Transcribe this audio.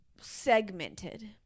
segmented